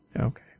Okay